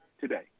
today